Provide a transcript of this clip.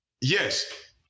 Yes